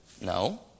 No